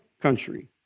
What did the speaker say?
country